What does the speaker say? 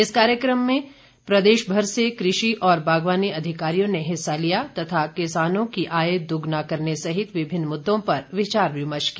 इस कार्यशाला में प्रदेशभर से कृषि और बागवानी अधिकारियों ने हिस्सा लिया तथा किसानों की आय दोगुना करने सहित विभिन्न मुद्दों पर विचार विमर्श किया